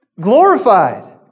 Glorified